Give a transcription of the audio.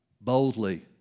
boldly